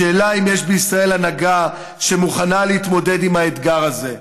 השאלה היא אם יש בישראל הנהגה שמוכנה להתמודד עם האתגר הזה,